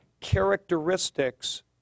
characteristics